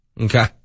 Okay